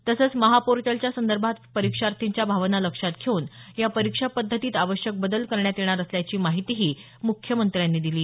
तसंच महापोर्टलच्यासंदर्भात परीक्षार्थींच्या भावना लक्षात घेऊन या परीक्षा पद्धतीत आवश्यक बदल करण्यात येणार असल्याची माहितीही मुख्यमंत्र्यांनी दिली